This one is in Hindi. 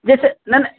जैसे नहीं नहीं